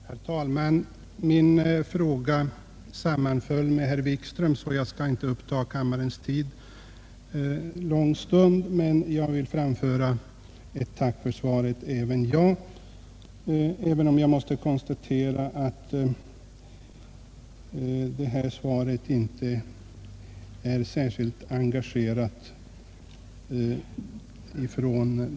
Herr talman! Min fråga sammanfaller med herr Wikströms, och jag skall inte uppta kammarens tid lång stund. Också jag vill framföra ett tack till finansministern, även om jag måste konstatera att svaret inte är engagerat.